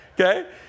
Okay